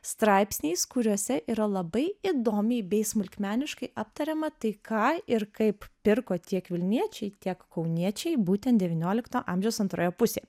straipsniais kuriuose yra labai įdomiai bei smulkmeniškai aptariama tai ką ir kaip pirko tiek vilniečiai tiek kauniečiai būtent devyniolikto amžiaus antroje pusėje